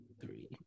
three